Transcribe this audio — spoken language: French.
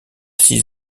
six